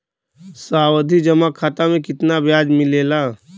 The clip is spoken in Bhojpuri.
सावधि जमा खाता मे कितना ब्याज मिले ला?